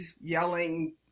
yelling